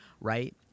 Right